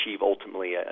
ultimately